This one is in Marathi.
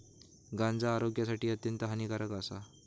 गांजा आरोग्यासाठी अत्यंत हानिकारक आसा